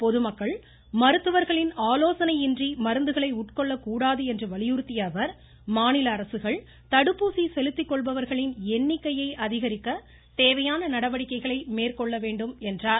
பொதுமக்கள் மருத்துவர்களின் ஆலோசனையின்றி மருந்துகளை உட்கொள்ளக் கூடாது என்று வலியுறுத்திய அவர் மாநில அரசுகள் தடுப்பூசி செலுத்திக் கொள்பவர்களின் எண்ணிக்கையை அதிகரிக்க தேவையான நடவடிக்கைகளை மேற்கொள்ள வேண்டும் என்றார்